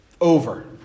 over